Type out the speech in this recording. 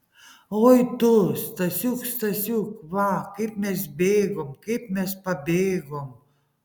oi tu stasiuk stasiuk va kaip mes bėgom kaip mes pabėgom